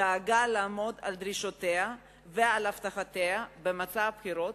דאגה לעמוד על דרישותיה ועל הבטחותיה במצע הבחירות,